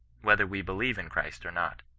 whether we believe in christ or not.